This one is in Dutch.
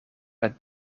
het